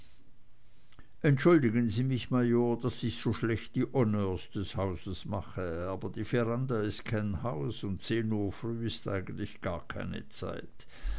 entschuldigen sie mich major daß ich so schlecht die honneurs des hauses mache aber die veranda ist kein haus und zehn uhr früh ist eigentlich gar keine zeit